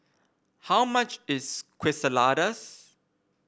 how much is Quesadillas